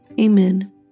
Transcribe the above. Amen